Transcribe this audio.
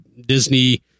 Disney